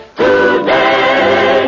today